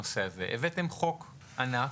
שהבאתם לכנסת חוק ענק